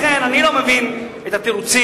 לכן אני לא מבין את התירוצים.